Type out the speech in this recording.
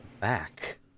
back